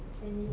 as in